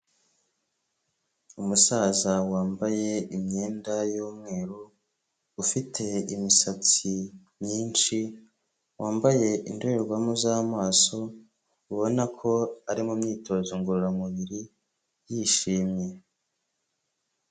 Umusaza wambaye imyenda y'umweru, ufite imisatsi myinshi, wambaye indorerwamo z'amaso ubona ko ari mu myitozo ngororamubiri yishimye.